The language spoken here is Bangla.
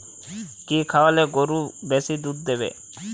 কি খাওয়ালে গরু বেশি দুধ দেবে?